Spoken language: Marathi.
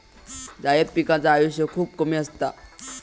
जायद पिकांचा आयुष्य खूप कमी असता